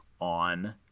on